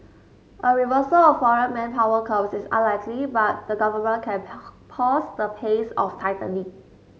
a reversal of foreign manpower curbs is unlikely but the government can pause the pace of tightening